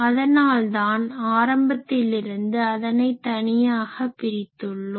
அதனால்தான் ஆரம்பத்திலிருந்து அதனை தனியாக பிரித்துள்ளோம்